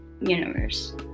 universe